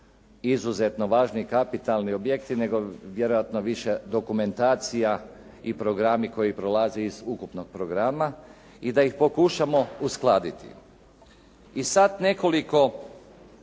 izuzetno važni, kapitalni objekti nego vjerojatno više dokumentacija i programi koji proizlaze iz ukupnog programa i da ih pokušamo uskladiti. I sad nekoliko